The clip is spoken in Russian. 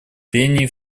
прений